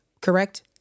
Correct